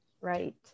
right